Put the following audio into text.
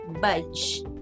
Budge